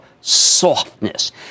softness